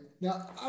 Now